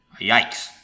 Yikes